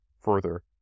further